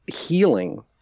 healing